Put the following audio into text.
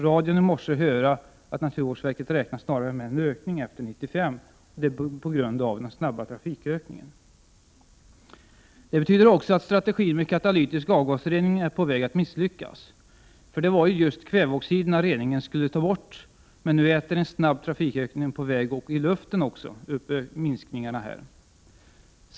Jag kunde i morse höra på radion att man på naturvårdsverket snarare räknar med en ökning efter 1995, på grund av den snabba trafikökningen. Det betyder också att strategin med katalytisk avgasrening är på väg att misslyckas. Det var ju just kväveoxiderna reningen skulle ta bort. Men nu äter en snabb trafikökning på vägarna och i luften upp minskningarna.